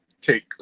take